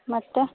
ಮತ್ತೆ